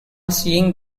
seeing